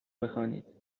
بخوانید